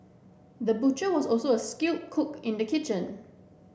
the butcher was also a skilled cook in the kitchen